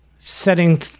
Setting